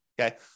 Okay